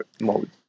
mode